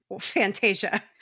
Fantasia